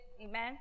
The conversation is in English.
amen